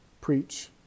preach